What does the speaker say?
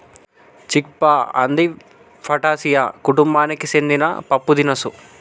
చిక్ పా అంది ఫాటాసియా కుతుంబానికి సెందిన పప్పుదినుసు